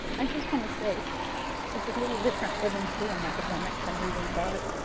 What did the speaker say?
i just want to say it's a little different living through an epidemic than reading about it.